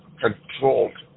controlled